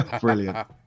Brilliant